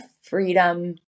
freedom